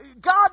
God